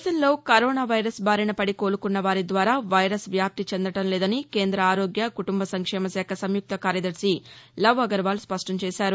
దేశంలో corona virus బారిన పడి కోలుకున్న వారి ద్వారా వైరస్ వ్యాప్తి చెందడం లేదని కేంద్ర ఆరోగ్య కుటుంబ సంక్షేమ శాఖ సంయుక్త కార్యదర్శి లవ్ అగర్వాల్ స్పష్టం చేశారు